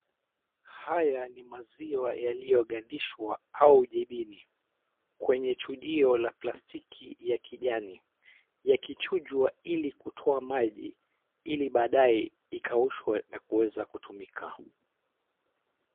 Haya ni maziwa yaliyo gandishwa au jibini, kwenye chujio la plastiki la kijani. Yakichujwa ili kutoa maji ili baadae ikaushwe na kuweza kutumika.